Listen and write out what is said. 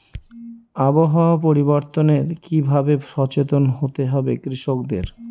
আবহাওয়া পরিবর্তনের কি ভাবে সচেতন হতে হবে কৃষকদের?